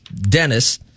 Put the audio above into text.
Dennis